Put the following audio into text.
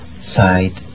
side